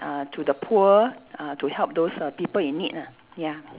uh to the poor ah to help those err people in need ah ya